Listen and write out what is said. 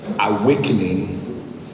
Awakening